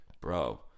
bro